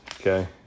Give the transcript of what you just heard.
okay